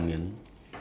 fried rice